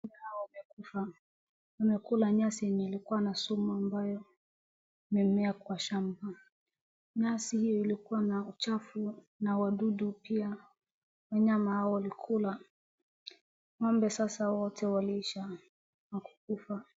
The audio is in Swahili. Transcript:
Ng'ombe hao wamekufa walikula nyasi iliyokuwa na sumu imemea kwa shamba, nyasi hiyo ilikuwa na uchafu na wadudu pia, wanyama hao walikula ng'ombe sasa wote waliisha na kukufa.